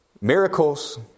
miracles